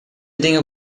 dinge